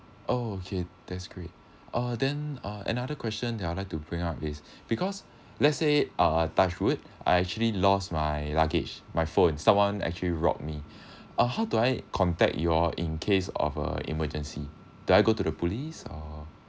okay that's great uh then uh another question that I would like to bring up is because let say uh touch wood I actually lost my luggage my phone someone actually robbed me uh how do I contact y'all in case of a emergency do I go to the police or